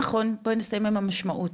נכון, בואי נסיים עם המשמעות.